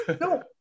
No